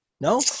no